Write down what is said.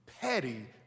petty